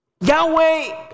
Yahweh